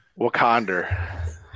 Wakanda